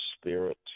spirit